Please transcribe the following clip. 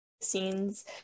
scenes